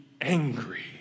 angry